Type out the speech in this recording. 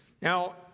Now